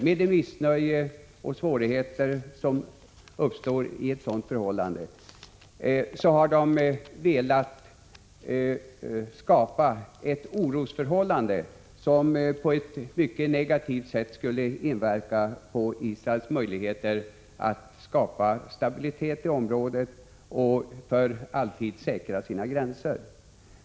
Genom det missnöje och de svårigheter som uppstår under sådana förhållanden har de velat skapa ett orosförhållande som på ett mycket negativt sätt skulle inverka på Israels möjligheter att skapa stabilitet i området och för alltid säkra sina gränser.